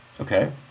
Okay